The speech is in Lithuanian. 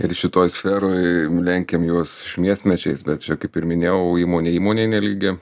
ir šitoj sferoj lenkiam juos šmiesmečiais bet čia kaip ir minėjau įmonė įmonei nelygi